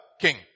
king